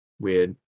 Weird